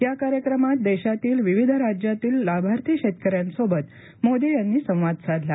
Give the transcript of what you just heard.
या कार्यक्रमात देशातील विविध राज्यांतील लाभार्थी शेतकऱ्यांसोबत मोदी यांनी संवाद साधला